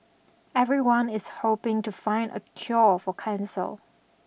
everyone is hoping to find a cure for cancer